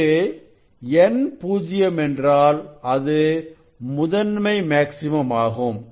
இங்கு n பூஜ்ஜியம் என்றால் அது முதன்மை மேக்சிமம் ஆகும்